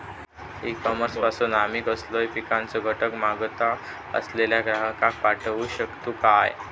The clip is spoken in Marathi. ई कॉमर्स पासून आमी कसलोय पिकाचो घटक मागत असलेल्या ग्राहकाक पाठउक शकतू काय?